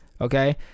okay